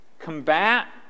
combat